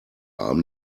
arm